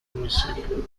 municipio